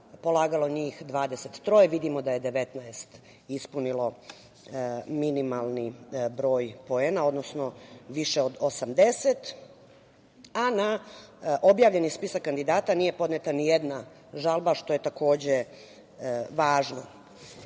polagalo njih 23. Vidimo da je 19 ispunilo minimalni broj poena, odnosno više od 80, a na objavljeni spisak kandidata nije podneta ni jedna žalba, što je takođe, važno. Na